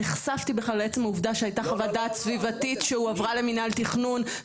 נחשפתי בכלל לעצם העבודה שהייתה חוות דעת סביבתית שהועברה למנהל תכנון,